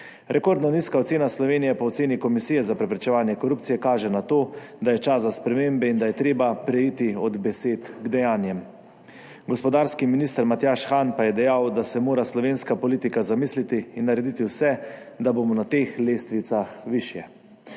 Rekordno nizka ocena Slovenije po oceni Komisije za preprečevanje korupcije kaže na to, da je čas za spremembe in da je treba preiti od besed k dejanjem. Gospodarski minister Matjaž Han pa je dejal, da se mora slovenska politika zamisliti in narediti vse, da bomo na teh lestvicah višje.